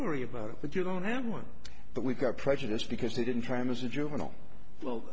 worry about it but you don't have one but we've got prejudiced because they didn't try him as a juvenile well